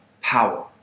power